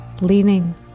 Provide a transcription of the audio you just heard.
leaning